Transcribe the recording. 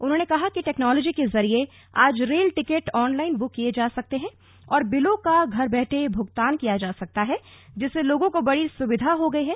उन्होंने कहा कि टेक्नॉलोजी के जरिये आज rail ticket online book किये जा सकते हैं और बिलों का घर बैठे भूगतान किया जा सकता है जिससे लोगों को बड़ी सुविधा हो गई है